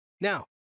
Now